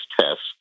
tests